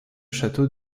château